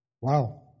Wow